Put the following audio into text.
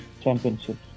championships